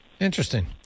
Interesting